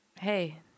hey